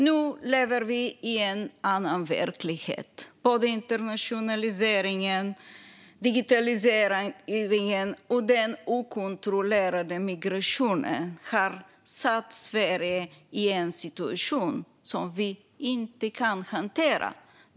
Nu lever vi i en annan verklighet där internationalisering, digitalisering och okontrollerad migration har försatt Sverige i en situation vi inte kan hantera.